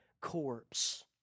corpse